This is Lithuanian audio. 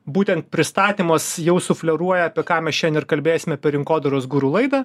būtent pristatymas jau sufleruoja apie ką mes šiandien ir kalbėsime per rinkodaros guru laidą